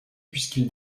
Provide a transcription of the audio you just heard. puisqu’il